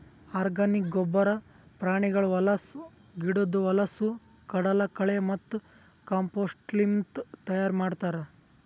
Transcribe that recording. organic ಗೊಬ್ಬರ ಪ್ರಾಣಿಗಳ ಹೊಲಸು, ಗಿಡುದ್ ಹೊಲಸು, ಕಡಲಕಳೆ ಮತ್ತ ಕಾಂಪೋಸ್ಟ್ಲಿಂತ್ ತೈಯಾರ್ ಮಾಡ್ತರ್